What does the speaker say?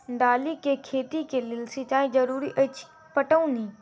दालि केँ खेती केँ लेल सिंचाई जरूरी अछि पटौनी?